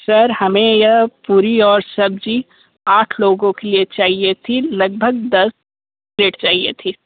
sir हमें यह पूरी और सब्जी आठ लोगों के लिए चाहिए थी लगभग दस प्लेट चाहिए थी